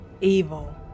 Evil